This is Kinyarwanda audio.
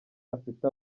afite